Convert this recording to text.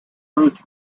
ruth